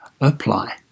apply